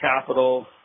capital